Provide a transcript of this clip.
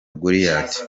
goliath